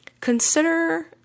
consider